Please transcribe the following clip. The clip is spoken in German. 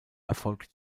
erfolgte